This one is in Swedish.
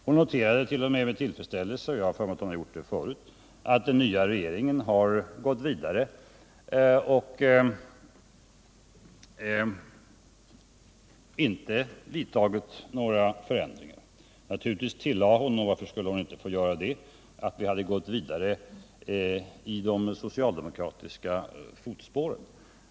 Hon noterade t.o.m. med tillfredsställelse — och jag har för mig att hon gjort det tidigare — att den nya regeringen gått vidare och inte vidtagit några förändringar i politiken. Naturligtvis tillade hon — och varför skulle hon inte få göra det — att vi gått vidare i de socialdemokratiska fotspåren.